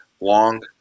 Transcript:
long